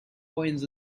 coins